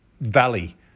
valley